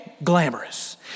glamorous